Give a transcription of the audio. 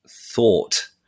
thought